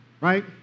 Right